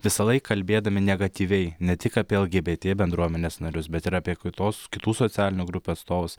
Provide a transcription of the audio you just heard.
visąlaik kalbėdami negatyviai ne tik apie lgbt bendruomenės narius bet ir apie kitos kitų socialinių grupių atstovus